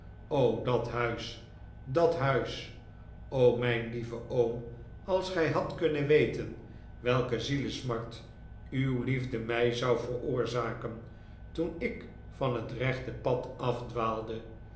o dat huis dat huis o mijn lieve oom als gij hadt kunnen weten welke zielesmart uw liefde mij zou veroorzaken toen ik van het rechte pad afdwaalde